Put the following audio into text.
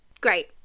Great